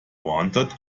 wanted